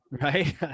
Right